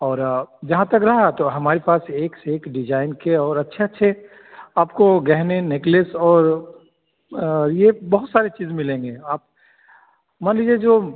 और जहाँ तक रहा तो हमारे पास एक से एक डिजाइन के और अच्छे अच्छे आपको गहने नेकलेस और यह बहुत सारी चीज़ मिलेंगे आप मान लीजिए जो